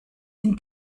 sind